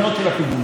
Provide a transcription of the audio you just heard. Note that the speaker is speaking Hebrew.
אז אני פונה,